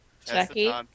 Jackie